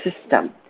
system